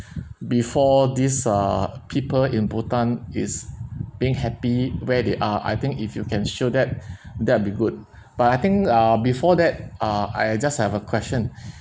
before this uh people in bhutan is being happy where they are I think if you can show that that'll be good but I think ah before that ah I just have a question